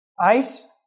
ice